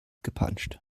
gepanscht